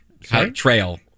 Trail